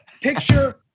picture